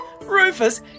Rufus